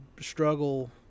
struggle